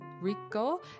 Rico